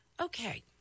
Okay